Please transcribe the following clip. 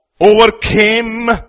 overcame